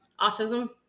Autism